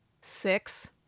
six